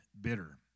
bitter